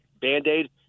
Band-Aid